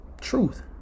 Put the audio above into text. Truth